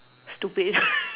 stupid